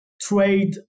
trade